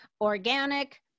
organic